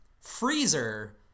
Freezer